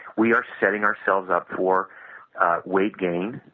we are setting ourselves up for weight gain,